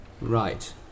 Right